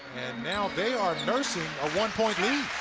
now they are nursing a one-point lead.